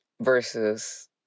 versus